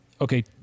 okay